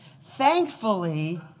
Thankfully